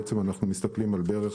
אנחנו מסתכלים על בערך